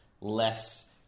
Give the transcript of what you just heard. less